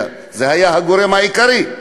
אלא זה היה הגורם העיקרי.